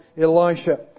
Elisha